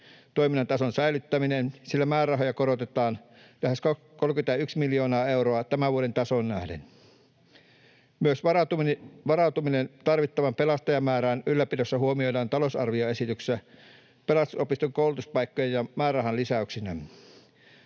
toiminnan tason säilyttäminen, sillä määrärahoja korotetaan lähes 31 miljoonaa euroa tämän vuoden tasoon nähden. Myös varautuminen tarvittavan pelastajamäärän ylläpidossa huomioidaan talousarvioesityksessä pelastusopiston koulutuspaikkojen ja määrärahan lisäyksinä.